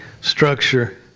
structure